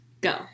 Go